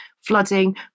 flooding